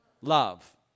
love